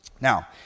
Now